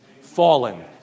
Fallen